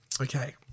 Okay